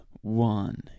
one